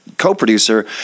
co-producer